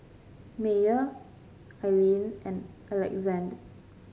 Meyer Ilene and Alexande